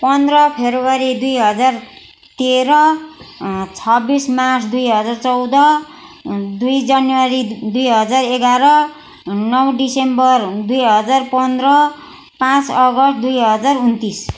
पन्ध्र फेब्रुअरी दुई हजार तेह्र छब्बिस मार्च दुई हजार चौध दुई जनवरी दुई हजार एघार नौ डिसेम्बर दुई हजार पन्ध्र पाँच अगस्त दुई हजार उनन्तिस